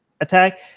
attack